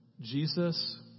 Jesus